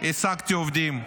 העסקתי עובדים,